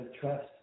trust